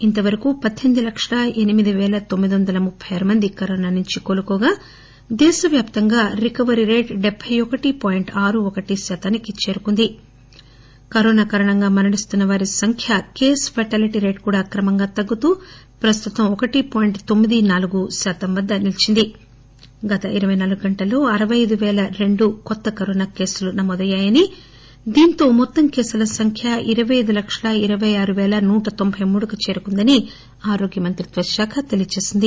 ఇంతవరకు లక్షల ఎనిమిది పేల తొమ్మిది వందల ముప్పై ఆరు మంది కరోనా నుంచి కోలుకోగా దేశవ్యాప్తంగా రికవరీ రేటు డెబ్నై ఒకటి పాయింట్ ఆరు ఒకటి శాతానికి చేరుకుంది కరుణ కారణంగా మరణిస్తున్న వారి సంఖ్య కేసు పాలిటీ రేటు కూడా క్రమంగా తగ్గుతూ ప్రస్తుతం ఒకటి పాయింట్ తొమ్మిది నాలుగు శాతం వద్ద నిలీచింది గత ఇరవై నాలుగు గంటల్లో అరవై అయిదువేల రెండు కొత్త కరోనా కేసులు నమోదయ్యాయని దీనితో మొత్తం కేసుల సంఖ్య ఇరపై అయిదు లక్షల ఇరవై ఆరు పేల నూట తొంబై మూడు కి చేరుకుందని ఆరోగ్యమంత్రిత్వ శాఖ తెలియచేసింది